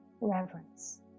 reverence